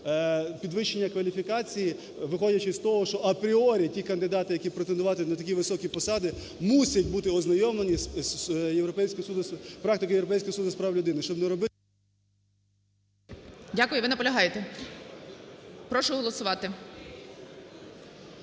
підвищення кваліфікації, виходячи з того, що апріорі ті кандидати, які претендуватимуть на такі високі посади, мусять бути ознайомлені Європейським судом... практикою